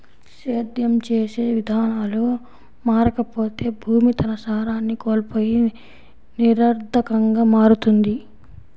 సేద్యం చేసే విధానాలు మారకపోతే భూమి తన సారాన్ని కోల్పోయి నిరర్థకంగా మారుతుంది